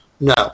No